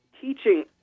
teaching